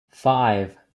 five